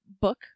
book